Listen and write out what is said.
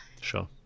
Sure